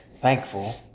thankful